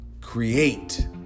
Create